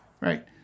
Right